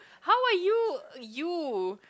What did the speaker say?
how are you you